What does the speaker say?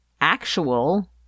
actual